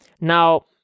Now